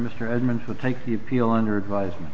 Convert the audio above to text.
mr edmund could take the appeal under advisement